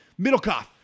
Middlecoff